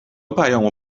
پیامو